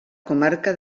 comarca